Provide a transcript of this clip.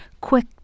quick